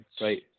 right